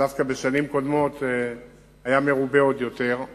שדווקא בשנים קודמות היה מרובה עוד יותר.